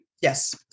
Yes